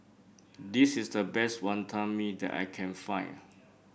this is the best Wantan Mee that I can find